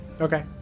Okay